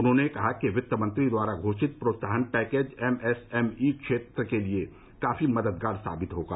उन्होंने कहा कि वित्त मंत्री द्वारा घोषित प्रोत्साहन package M S M E क्षेत्र के लिए काफी मददगार साबित होगा